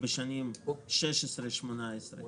בשנים 2016 2018,